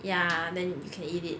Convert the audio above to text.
ya then you can eat it